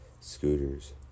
scooters